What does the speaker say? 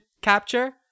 capture